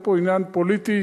אין פה עניין פוליטי,